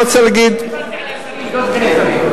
דיברתי על השרים באופן אישי.